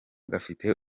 gafite